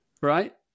Right